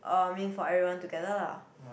um mean for everyone together lah